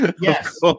yes